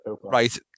right